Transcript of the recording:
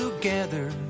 together